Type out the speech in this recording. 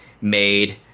made